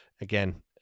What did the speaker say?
again